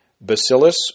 Bacillus